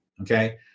okay